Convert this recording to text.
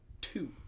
two